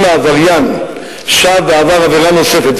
אם העבריין שב ועבר עבירה נוספת,